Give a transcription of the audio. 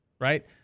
right